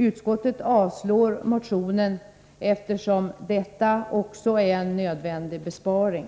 Utskottet avstyrker motionen, eftersom detta också är en nödvändig besparing.